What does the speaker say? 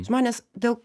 žmonės dėl